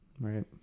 Right